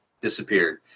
disappeared